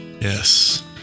Yes